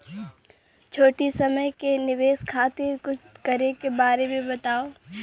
छोटी समय के निवेश खातिर कुछ करे के बारे मे बताव?